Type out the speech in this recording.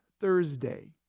Thursday